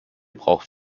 braucht